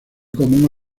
común